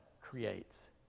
creates